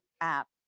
app